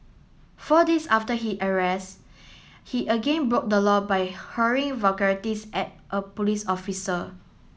four days after he arrest he again broke the law by hurling vulgarities at a police officer